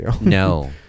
no